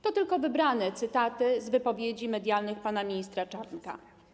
To tylko wybrane cytaty z wypowiedzi medialnych pana ministra Czarnka.